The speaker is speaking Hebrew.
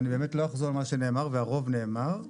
לא אחזור על מה שנאמר, והרוב נאמר.